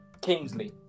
Kingsley